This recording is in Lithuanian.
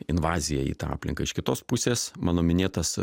invazija į tą aplinką iš kitos pusės mano minėtas